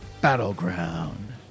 Battleground